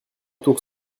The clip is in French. tour